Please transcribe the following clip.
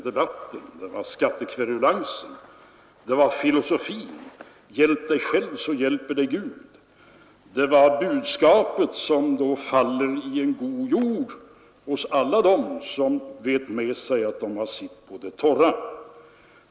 Det var skattekverulansen, det var filosofin ”Hjälp dig själv så hjälper dig Gud”, det var det budskap som faller i god jord hos alla dem som vet med sig att de har sitt på det torra.